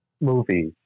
movies